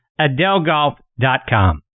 adelgolf.com